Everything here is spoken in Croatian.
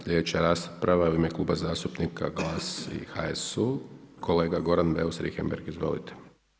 Slijedeća rasprava je u ime Kluba zastupnika GLAS i HSU, kolega Goran Beus Richembergh, izvolite.